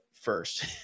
first